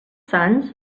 sants